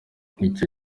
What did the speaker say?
icyo